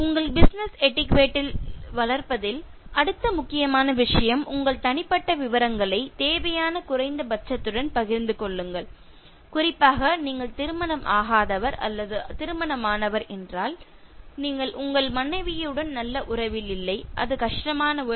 உங்கள் பிசினஸ் எட்டிக்யுட்டே த்தை வளர்ப்பதில் அடுத்த முக்கியமான விஷயம் உங்கள் தனிப்பட்ட விவரங்களை தேவையான குறைந்தபட்சத்துடன் பகிர்ந்து கொள்ளுங்கள் குறிப்பாக நீங்கள் திருமணம் ஆகாதவர் அல்லது திருமணம் ஆனவர் என்றால் நீங்கள் உங்கள் மனைவியுடன் நல்ல உறவில் இல்லை அது ஒரு கஷ்டமான உறவு